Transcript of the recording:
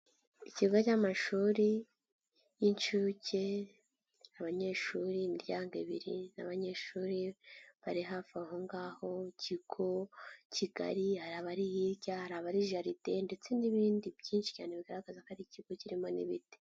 Ikigo cy'amashuri y'inshuke, abanyeshuri, imiryango ibiri n'abanyeshuri bari hafi aho ngaho, ikigo kigari, hari abari hirya, hari abari jaride ndetse n'ibindi byinshi cyane bigaragaza ko ari ikigo kirimo n'ibti.